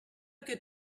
good